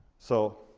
so.